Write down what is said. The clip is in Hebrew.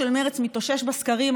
תודה, גברתי היושבת-ראש.